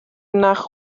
nach